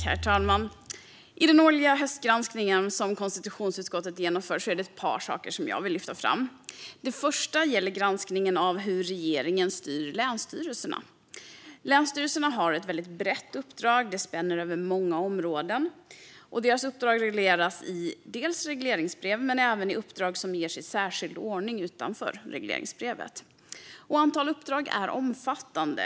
Herr talman! I den årliga höstgranskning som konstitutionsutskottet genomför finns det ett par saker som jag vill lyfta fram. Det första gäller granskningen av hur regeringen styr länsstyrelserna. Länsstyrelserna har ett brett uppdrag som spänner över många områden. Deras uppdrag regleras i regleringsbrev men även genom uppdrag som ges i särskild ordning utanför regleringsbrevet. Antalet uppdrag är omfattande.